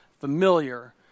familiar